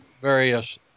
various